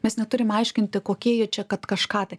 mes neturim aiškinti kokie jie čia kad kažką tai